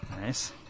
Nice